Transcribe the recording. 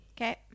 Okay